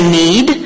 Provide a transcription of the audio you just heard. need